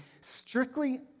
strictly